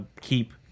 keep